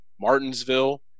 Martinsville